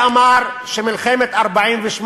מי אמר שמלחמת 48'